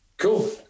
Cool